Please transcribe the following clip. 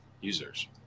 users